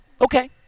Okay